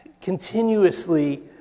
continuously